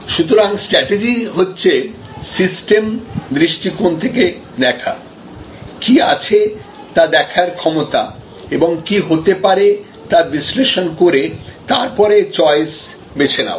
সুতরাং স্ট্র্যাটেজি হচ্ছে সিস্টেম দৃষ্টিকোণ থেকে দেখা কী আছে তা দেখার ক্ষমতা এবং কী হতে পারে তা বিশ্লেষণ করে তারপরে চয়েস বেছে নেওয়া